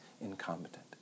incompetent